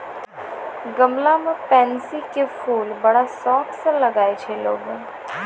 गमला मॅ पैन्सी के फूल बड़ा शौक स लगाय छै लोगॅ